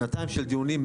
שנתיים של דיונים,